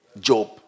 Job